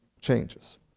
changes